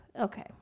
Okay